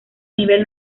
nivel